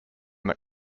that